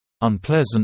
Unpleasant